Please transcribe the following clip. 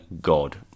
God